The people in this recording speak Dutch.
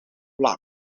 vlak